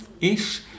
Ish